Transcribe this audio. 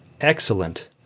Excellent